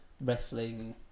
wrestling